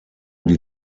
die